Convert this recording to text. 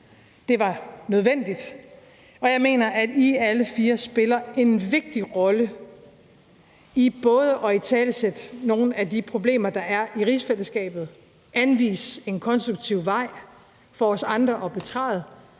det var nødvendigt, og jeg mener, at I alle fire spiller en vigtig rolle i både at italesætte nogle af de problemer, der er i rigsfællesskabet, og anvise en konstruktiv vej for os andre at betræde,